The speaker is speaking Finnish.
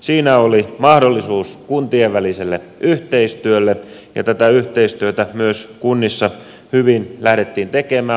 siinä oli mahdollisuus kuntien väliselle yhteistyölle ja tätä yhteistyötä myös kunnissa hyvin lähdettiin tekemään